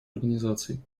организаций